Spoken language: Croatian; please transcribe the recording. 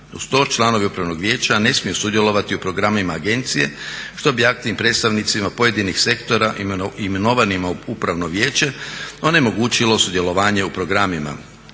Uz to članovi upravnog vijeća ne smiju sudjelovati u programima agencije što bi aktivnim predstavnicima pojedinih sektora imenovanima u upravno vijeće onemogućilo sudjelovanje u programima.